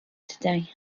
today